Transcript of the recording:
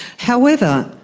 however,